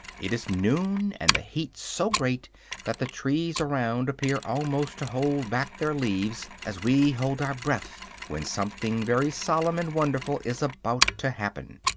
it is noon, and the heat so great that the trees around appear almost to hold back their leaves, as we hold our breath when something very solemn and wonderful is about to happen.